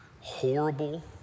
horrible